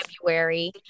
February